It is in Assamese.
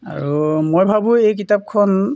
আৰু মই ভাবোঁ এই কিতাপখন